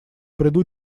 приду